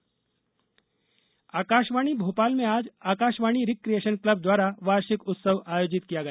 आकाशवाणी उत्सव आकाशवाणी भोपाल में आज आकाशवाणी रिक्रियेशन क्लब द्वारा वार्षिक उत्सव आयोजित किया गया